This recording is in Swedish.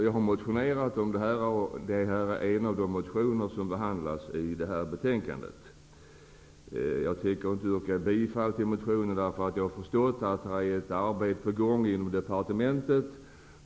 Jag har motionerat om det här, och en av motionerna behandlas i det betänkande som kammaren nu har att ta ställning till. Jag tänker inte yrka bifall till motionen, eftersom jag har förstått att ett arbete är på gång i departementet.